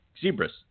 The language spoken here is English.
zebras